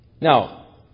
Now